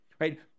right